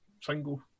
single